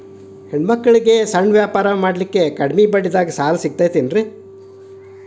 ಹೆಣ್ಣ ಮಕ್ಕಳಿಗೆ ಸಣ್ಣ ವ್ಯಾಪಾರ ಮಾಡ್ಲಿಕ್ಕೆ ಕಡಿಮಿ ಬಡ್ಡಿದಾಗ ಸಾಲ ಸಿಗತೈತೇನ್ರಿ?